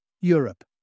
Europe